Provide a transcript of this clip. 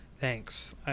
Thanks